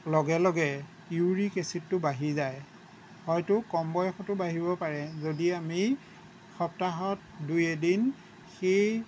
লগে লগে ইউৰিক এচিডটো বাঢ়ি যায় হয়তো কম বয়সতো বাঢ়িব পাৰে যদি আমি সপ্তাহত দুই এদিন সেই